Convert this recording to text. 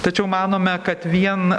tačiau manome kad vien